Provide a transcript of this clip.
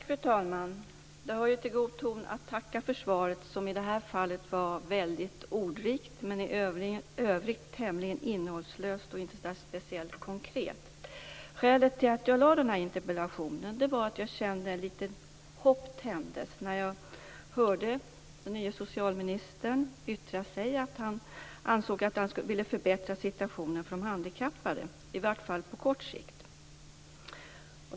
Fru talman! De hör ju till god ton att tacka för svaret, som i det här fallet var väldigt ordrikt men i övrigt tämligen innehållslöst och inte så speciellt konkret. Skälet till att jag lade fram den här interpellationen var att jag kände att ett litet hopp tändes när jag hörde den nye socialministern yttra sig om att han ville förbättra situationen för de handikappade - i varje fall på kort sikt.